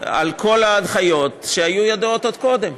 על כל ההנחיות שהיו ידועות עוד קודם.